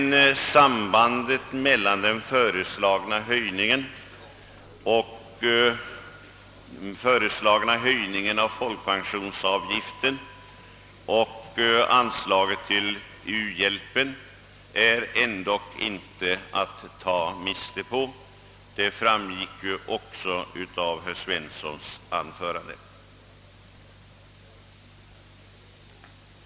Sambandet mellan den föreslagna höjningen av folkpensionsavgiften och anslaget till u-hjälpen är ändock inte att ta miste på, vilket också framgick av herr Svenssons anförande.